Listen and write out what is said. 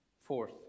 Fourth